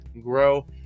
grow